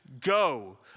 go